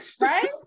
right